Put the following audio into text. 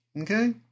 okay